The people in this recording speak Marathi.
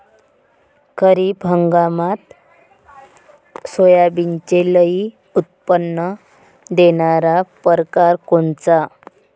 खरीप हंगामात सोयाबीनचे लई उत्पन्न देणारा परकार कोनचा?